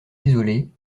isolée